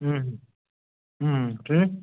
ٹھیٖک